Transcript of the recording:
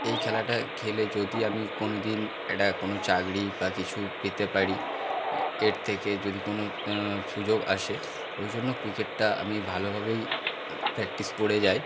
এই খেলাটা খেলে যদি আমি কোনো দিন এটা কোনো চাকরি বা কিছু পেতে পারি এর থেকে যদি কোনো সুযোগ আসে ওই জন্য ক্রিকেটটা আমি ভালোভাবেই প্র্যাকটিস করে যাই